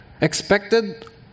expected